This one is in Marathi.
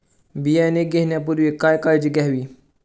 बियाणे घेण्यापूर्वी काय काळजी घ्यावी?